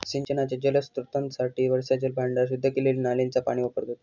सिंचनाच्या जलस्त्रोतांसाठी वर्षाजल भांडार, शुद्ध केलेली नालींचा पाणी वापरतत